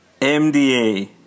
MDA